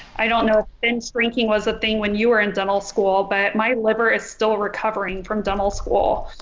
i don't know binge drinking was a thing when you were in dental school but my liver is still recovering from dental school.